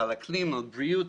לבריאות,